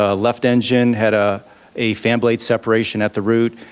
ah left engine had ah a fan blade separation at the root,